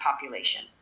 population